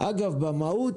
אגב, במהות,